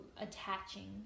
attaching